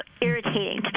irritating